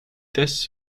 des